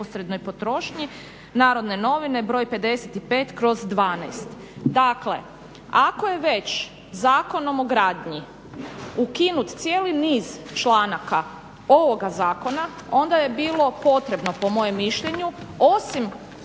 u neposrednoj potrošnji, "Narodne novine", br. 55/12. Dakle, ako je već Zakonom o gradnji ukinut cijeli niz članaka ovoga zakona onda je bilo potrebno, po mojem mišljenju, osim